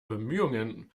bemühungen